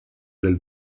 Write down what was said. del